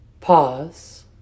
Pause